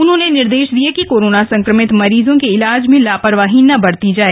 उन्होंने निर्देश दिये कि कोरोना संक्रमित मरीजो के ईलाज में लापरवाही नहीं बरती जाए